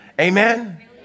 Amen